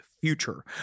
future